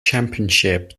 championship